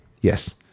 yes